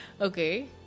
okay